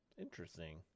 interesting